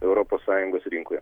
europos sąjungos rinkoje